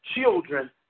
children